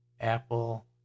Apple